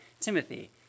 Timothy